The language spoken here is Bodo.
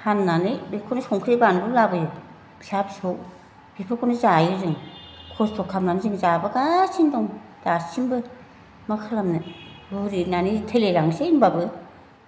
फाननानै बेखौनो संख्रि बानलु लाबोयो फिसा फिसौ बेफोरखौनो जायो जों खस्थ' खालामनानै जों जाबोगासिनो दं दासिमबो मा खालामनो बुरिनानै थैलायलांसै होमब्लाबो